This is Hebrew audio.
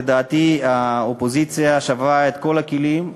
לדעתי האופוזיציה שברה את כל הכלים,